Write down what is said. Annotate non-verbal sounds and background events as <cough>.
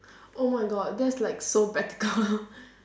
oh my god that's like so practical <laughs>